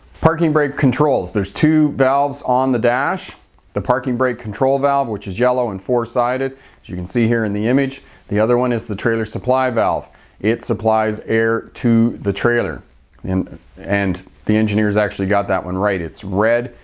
parking brake controls there's two valves on the dash one the parking brake control valve which is yellow and four sided you can see here in the image. two the other one is the trailer supply valve it supplies air to the trailer and and the engineers actually got that one right. it's red,